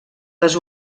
les